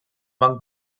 van